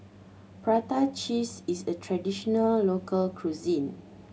prata cheese is a traditional local cuisine